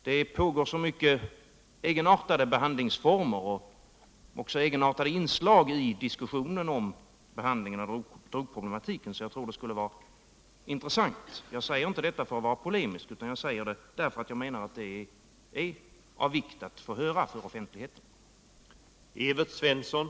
Det finns så många egenartade behandlingsformer och det förekommer så många inslag i diskussionen om behandlingen av drogproblematiken att det vore intressant att få ett svar. Jag säger inte detta för att vara polemisk utan därför att jag menar att det är av vikt att få höra socialministerns uppfattning.